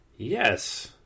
Yes